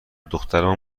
دخترمان